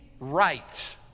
Right